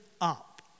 up